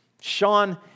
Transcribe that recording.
Sean